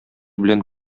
белән